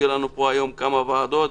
יהיו לנו היום כמה ועדות,